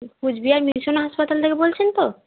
Cooch Behar mission হাসপাতাল থেকে বলছেন তো